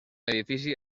edifici